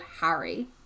Harry